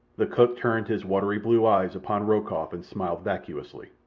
the cook turned his watery blue eyes upon rokoff and smiled vacuously.